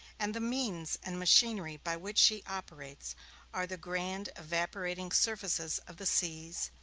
and the means and machinery by which she operates are the grand evaporating surfaces of the seas,